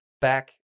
back